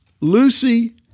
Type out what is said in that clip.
Lucy